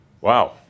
Wow